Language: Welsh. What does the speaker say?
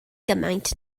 gymaint